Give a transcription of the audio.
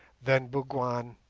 then bougwan,